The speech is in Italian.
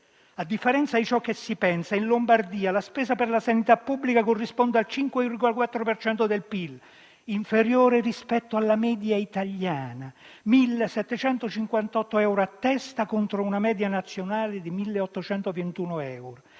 A differenza di ciò che si pensa, in Lombardia la spesa per la sanità pubblica corrisponde al 5,4 per cento del PIL, inferiore rispetto alla media italiana (1.758 euro a testa, contro una media nazionale di 1.821);